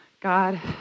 God